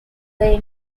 their